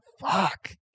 Fuck